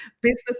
business